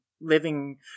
living